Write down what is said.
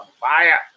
fire